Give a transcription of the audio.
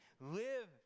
live